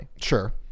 Sure